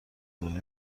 داریم